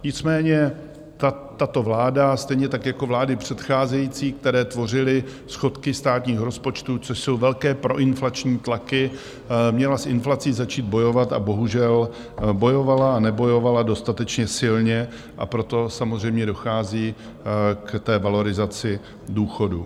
Nicméně tato vláda, stejně tak jako vlády předcházející, které tvořily schodky státního rozpočtu, což jsou velké proinflační tlaky, měla s inflací začít bojovat, a bohužel bojovala a nebojovala dostatečně silně, a proto samozřejmě dochází k té valorizaci důchodů.